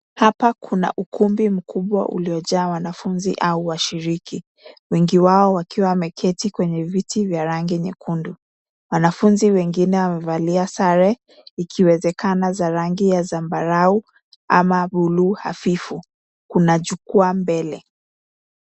Hapa kuna ukumbi mkubwa uliojaa wanafunzi au washiriki, wengi wao wakiwa wameketi kwenye viti vya rangi nyekundu. Wanafunzi wengine wamevalia sare, ikiwezekana za rangi ya zambarau ama buluu hafifu. Kuna jukwaa mbele.